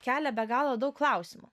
kelia be galo daug klausimų